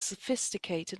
sophisticated